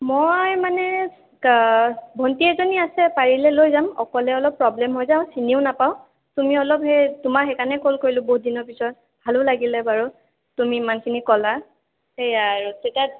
মই মানে ভণ্টী এজনী আছে পাৰিলে লৈ যাম অকলে অলপ প্ৰব্লেম হয় যে আৰু চিনিও নাপাওঁ তুমি অলপ সেই তোমাক সেইকাৰণে কল কৰিলোঁ বহুত দিনৰ পিছত ভালো লাগিলে বাৰু তুমি ইমানখিনি ক'লা সেয়া আৰু তেতিয়া